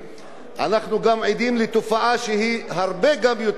אנחנו גם עדים לתופעה שהיא הרבה יותר מדאיגה,